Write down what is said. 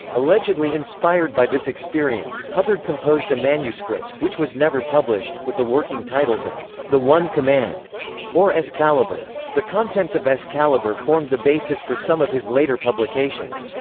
allegedly inspired by this experience, hubbard composed a manuscript, which was never published, with the working titles of the one command or excalibur. the contents of excalibur formed the basis for some of his later publications.